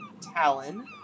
Talon